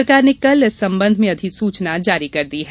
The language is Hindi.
सरकार ने कल इस संबंध में अधिसूचना जारी कर दी है